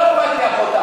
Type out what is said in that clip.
לא אכפת לי החותם.